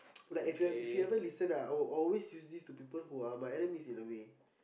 like if you if you ever listen ah I will always use this to people who are my enemies in a way